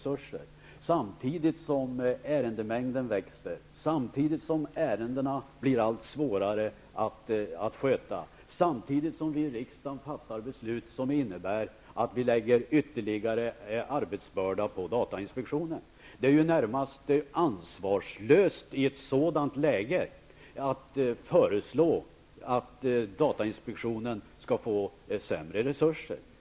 Samtidigt växer ärendemängden, samtidigt som ärenden blir allt svårare att handlägga, och samtidigt som vi i riksdagen fattar beslut som innebär att vi lägger ytterligare arbetsbörda på datainspektionen. Det är närmast ansvarslöst att i ett sådant läge föreslå att datainspektionen skall få sämre resurser.